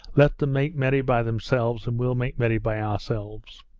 let them make merry by themselves and we'll make merry by ourselves